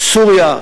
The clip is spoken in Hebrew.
סוריה,